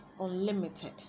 unlimited